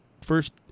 first